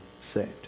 saved